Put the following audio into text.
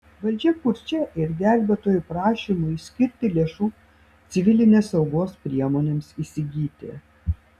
valdžia kurčia ir gelbėtojų prašymui skirti lėšų civilinės saugos priemonėms įsigyti